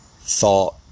thought